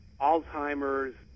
Alzheimer's